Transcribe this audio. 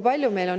palju meil on emasid